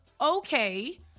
okay